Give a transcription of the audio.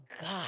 God